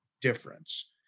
difference